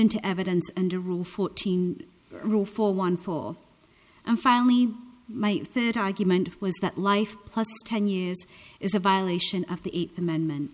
into evidence and a rule fourteen rule for one full and finally my third argument was that life plus ten years is a violation of the eighth amendment